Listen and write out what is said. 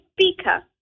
Speaker